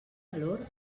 valor